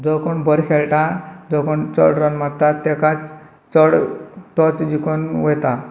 जो कोण बरो खेळटा जो कोण चड रन मारता तेकाच चड तोच जिंकून वता